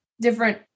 different